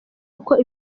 uko